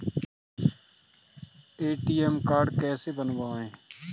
ATM card कैसे बनवाएँ?